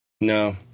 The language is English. No